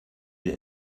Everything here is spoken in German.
wir